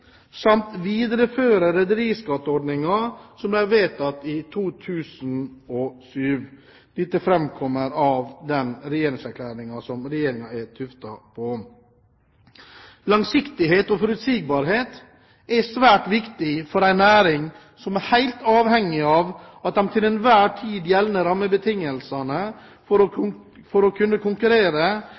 samt videreføre rederiskatteordningen som ble vedtatt i 2007. Dette framkommer av den regjeringserklæringen som Regjeringen er tuftet på. Langsiktighet og forutsigbarhet er svært viktig for en næring som er helt avhengig av at de til enhver tid gjeldende rammebetingelsene for å